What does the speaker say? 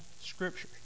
scripture